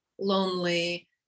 lonely